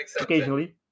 occasionally